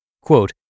quote